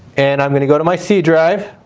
and i'm going to go to my c drive,